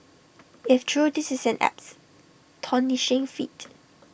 if true this is an apps feat